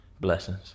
Blessings